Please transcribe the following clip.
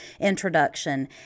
introduction